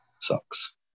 Sucks